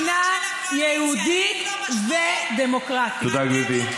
היא מדינה יהודית ודמוקרטית.